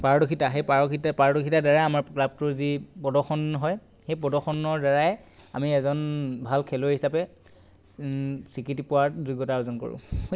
পাৰদৰ্শিতা সেই পাৰশিতা পাৰদৰ্শিতাৰ দ্বাৰাই আমাৰ ক্লাবটোৰ যি প্ৰদৰ্শন হয় সেই প্ৰদৰ্শনৰ দ্বাৰাই আমি এজন ভাল খেলুৱৈ হিচাপে স্বীকৃতি পোৱাৰ যোগ্যতা অৰ্জন কৰোঁ